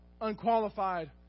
unqualified